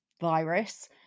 virus